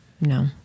No